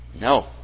No